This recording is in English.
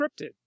scripted